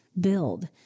build